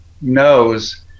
knows